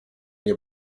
nie